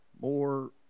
More